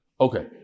okay